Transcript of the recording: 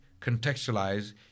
contextualize